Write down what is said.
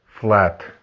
flat